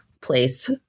place